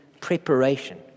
preparation